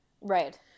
Right